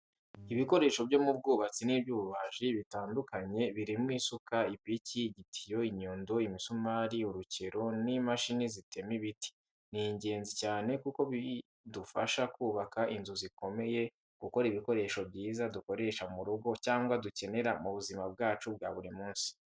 Ibikoresho byo mu bwubatsi n'iby'ububaji bitandukanye, birimo isuka, ipiki, igitiyo, inyundo, imisumari, urukero, n’imashini zitema ibiti. Ni ingenzi cyane kuko bidufasha kubaka inzu zikomeye, gukora ibikoresho byiza dukoresha mu rugo cyangwa dukenera mu buzima bwacu bwa buri munsi.